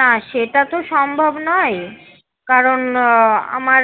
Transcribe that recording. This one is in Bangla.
না সেটা তো সম্ভব নয় কারণ আমার